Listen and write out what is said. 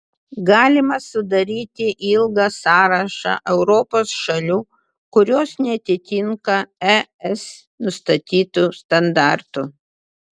galima sudaryti ilgą sąrašą europos šalių kurios neatitinka es nustatytų standartų